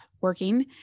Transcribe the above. working